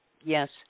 Yes